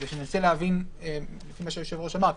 כי כמו שהיושב-ראש אמר,